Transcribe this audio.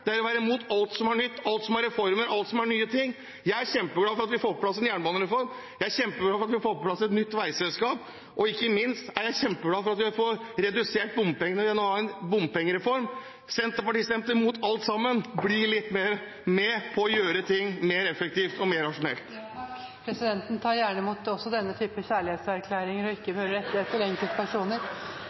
det er å være imot alt som er nytt, alt av reformer, alt som er nytt. Jeg er kjempeglad for at vi får på plass en jernbanereform, jeg er kjempeglad for at vi får på plass et nytt veiselskap, og ikke minst er jeg kjempeglad for at vi får redusert bompengene ved en bompengereform. Senterpartiet stemte imot alt sammen. Bli litt mer med på å gjøre ting mer effektivt og mer rasjonelt! Presidenten tar gjerne imot også denne typen kjærlighetserklæringer, da de ikke kan rettes til enkeltpersoner.